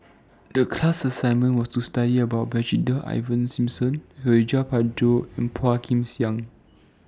The class assignment was to study about Brigadier Ivan Simson Suradi Parjo and Phua Kin Siang